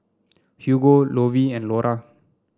Hugo Lovie and Lora